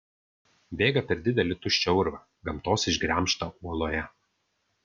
bėga per didelį tuščią urvą gamtos išgremžtą uoloje